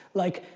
like,